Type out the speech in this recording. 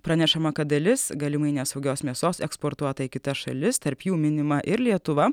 pranešama kad dalis galimai nesaugios mėsos eksportuota į kitas šalis tarp jų minima ir lietuva